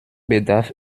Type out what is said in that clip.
bedarf